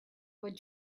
but